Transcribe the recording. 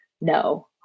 no